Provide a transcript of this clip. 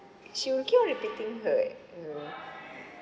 she will keep on repeating her eh her